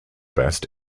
best